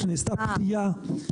נעשתה פנייה --- אה.